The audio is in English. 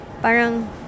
Parang